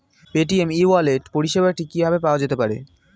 Paytm e wallet পরিষেবাটি কিভাবে পাওয়া যেতে পারে?